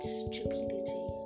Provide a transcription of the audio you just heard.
stupidity